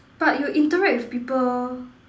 but you interact with people